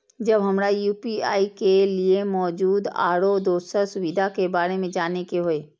जब हमरा यू.पी.आई के लिये मौजूद आरो दोसर सुविधा के बारे में जाने के होय?